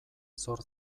zor